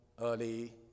early